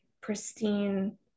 pristine